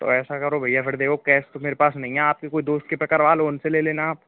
तो ऐसा करो भैया फिर देखो कैस तो मेरे पास नहीं है आपके कोई दोस्त से करवा लो उनसे ले लेना आप